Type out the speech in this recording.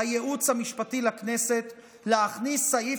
של הייעוץ המשפטי לכנסת להכניס סעיף